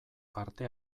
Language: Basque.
parte